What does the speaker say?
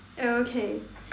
okay